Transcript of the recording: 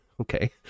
Okay